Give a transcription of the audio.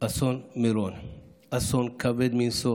אסון מירון, אסון כבד מנשוא,